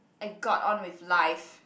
I got on with life